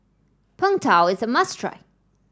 Png Tao is a must try